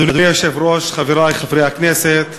אדוני היושב-ראש, חברי חברי הכנסת,